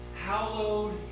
Hallowed